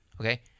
Okay